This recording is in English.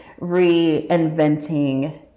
reinventing